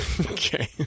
Okay